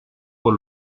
por